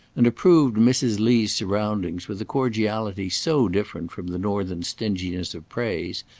and approved mrs. lee's surroundings with a cordiality so different from the northern stinginess of praise,